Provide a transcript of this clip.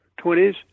20s